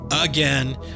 again